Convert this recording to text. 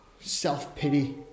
self-pity